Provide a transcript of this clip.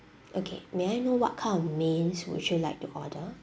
okay may I know what kind of mains would you like to order